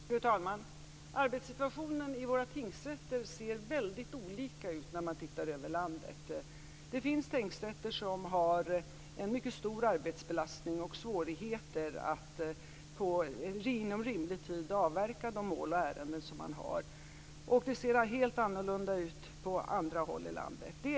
Fru talman! Arbetssituationen vid tingsrätterna ser väldigt olika ut om man ser på hela landet. Det finns tingsrätter som har en mycket stor arbetsbelastning och svårigheter att inom rimlig tid avverka de mål och ärenden som de har. På andra håll i landet kan det se helt annorlunda ut.